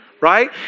right